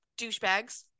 douchebags